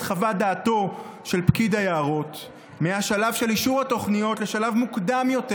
חוות דעתו של פקיד היערות מהשלב של אישור התוכניות לשלב מוקדם יותר,